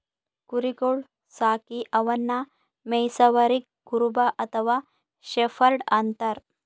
ಕುರಿಗೊಳ್ ಸಾಕಿ ಅವನ್ನಾ ಮೆಯ್ಸವರಿಗ್ ಕುರುಬ ಅಥವಾ ಶೆಫರ್ಡ್ ಅಂತಾರ್